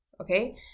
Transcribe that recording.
okay